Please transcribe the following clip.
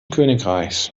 königreichs